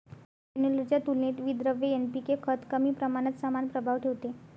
granular च्या तुलनेत विद्रव्य एन.पी.के खत कमी प्रमाणात समान प्रभाव ठेवते